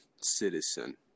citizen